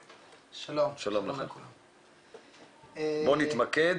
בבקשה, בוא נתמקד,